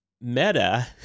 Meta